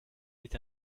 est